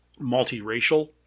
multiracial